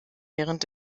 während